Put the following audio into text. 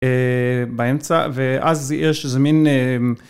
באמצע ואז זה יש איזה מין